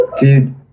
Dude